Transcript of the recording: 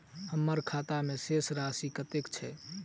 हम्मर खाता मे शेष राशि कतेक छैय?